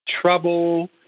trouble